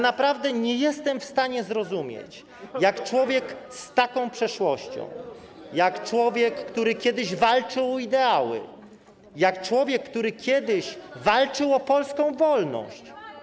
Naprawdę nie jestem w stanie zrozumieć, jak człowiek z taką przeszłością, jak człowiek, który kiedyś walczył o ideały, jak człowiek, który kiedyś walczył o polską wolność.